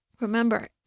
remember